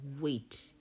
wait